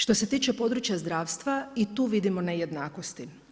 Što se tiče područja zdravstva i tu vidimo nejednakosti.